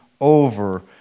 over